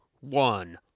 one